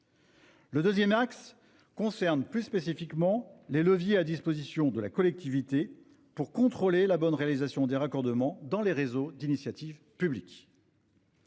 Le deuxième axe concerne plus spécifiquement les leviers à disposition des collectivités pour contrôler la bonne réalisation des raccordements dans les réseaux d'initiative publique